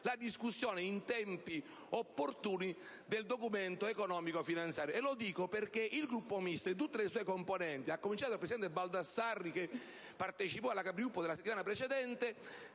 la discussione in tempi opportuni del Documento di economia e finanza. Lo dico perché il Gruppo Misto in tutte le sue componenti, a cominciare dal presidente Baldassarri che partecipò alla Capigruppo della settimana precedente,